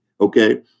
Okay